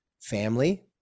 family